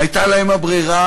הייתה להם הברירה